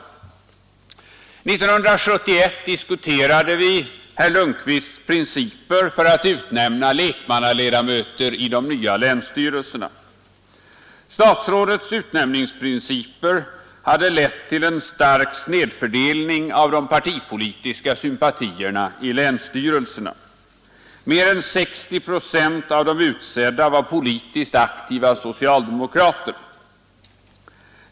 År 1971 diskuterade vi herr Lundkvists principer för att utnämna lekmannaledamöter i de nya länsstyrelserna. Statsrådets utnämningsprinciper hade lett till en stark snedfördelning av de partipolitiska sympatierna i länsstyrelserna. Mer än 60 procent av de utsedda var politiskt aktiva socialdemokrater.